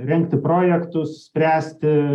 rengti projektus spręsti